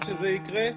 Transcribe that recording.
זה יקרה.